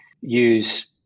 use